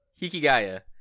Hikigaya